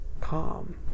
calm